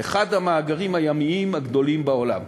אחד המאגרים הימיים הגדולים בעולם.